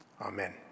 Amen